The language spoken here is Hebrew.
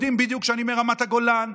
יודעים בדיוק שאני מרמת הגולן,